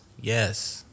yes